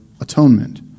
atonement